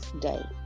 day